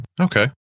Okay